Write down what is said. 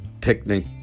picnic